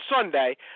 Sunday